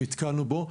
נתקלנו בו.